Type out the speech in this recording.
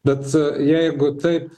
bet jeigu taip